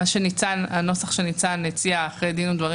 הנוסח שניצן הציעה אחרי דין ודברים